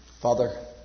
Father